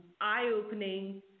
eye-opening